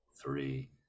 Three